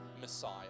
Messiah